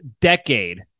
decade